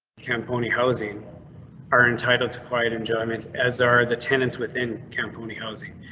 campone housing are entitled to quiet enjoyment, as are the tenants within camponi housing.